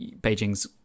Beijing's